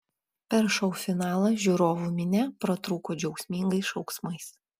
per šou finalą žiūrovų minia pratrūko džiaugsmingais šauksmais